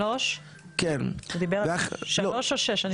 שלוש או שש?